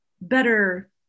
better